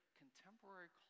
contemporary